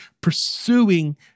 pursuing